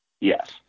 yes